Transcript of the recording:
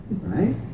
right